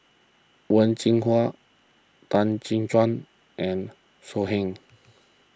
Wen Jinhua Tan Gek Suan and So Heng